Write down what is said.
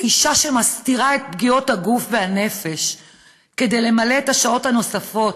האישה שמסתירה את פגיעות הגוף והנפש כדי למלא את השעות הנוספות